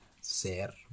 ser